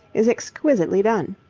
is exquisitely done.